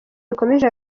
bikomeje